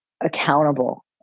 accountable